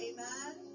Amen